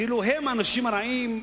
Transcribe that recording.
כאילו הם האנשים הרעים,